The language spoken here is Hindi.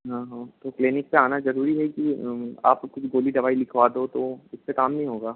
ना हो तो क्लीनिक पर आना ज़रूरी है कि आप कुछ गोली दवाई लिखवा दो तो इससे काम नहीं होगा